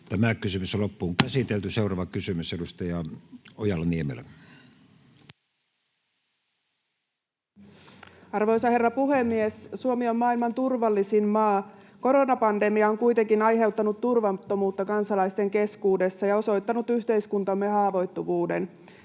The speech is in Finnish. tämä tilanne saadaan korjattua. Seuraava kysymys, edustaja Ojala-Niemelä. Arvoisa herra puhemies! Suomi on maailman turvallisin maa. Koronapandemia on kuitenkin aiheuttanut turvattomuutta kansalaisten keskuudessa ja osoittanut yhteiskuntamme haavoittuvuuden.